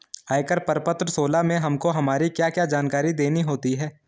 आयकर प्रपत्र सोलह में हमको हमारी क्या क्या जानकारी देनी होती है?